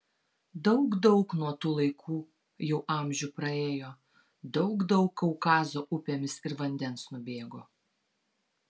daug daug nuo tų laikų jau amžių praėjo daug daug kaukazo upėmis ir vandens nubėgo